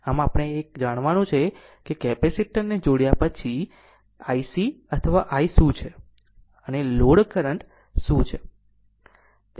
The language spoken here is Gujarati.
આમ આપણે એ જાણવાનું છે કે કેપેસિટર ને જોડ્યા પછી IC અથવા I છે અને લોડ કરંટ શું છે